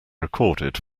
recorded